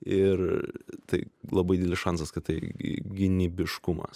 ir tai labai didelis šansas kad tai gynybiškumas